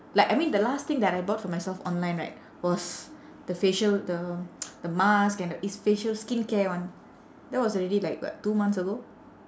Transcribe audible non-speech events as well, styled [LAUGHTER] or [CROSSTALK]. like I mean the last thing that I bought for myself online right was the facial the [NOISE] the mask and the is facial skincare one that was already like what two months ago